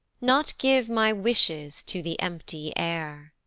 not give my wishes to the empty air.